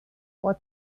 what